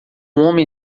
homem